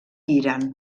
iran